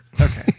Okay